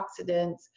antioxidants